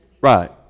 Right